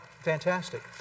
Fantastic